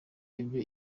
ibyo